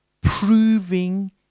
proving